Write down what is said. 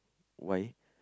why